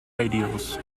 ideals